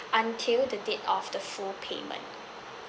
until the date of the full payment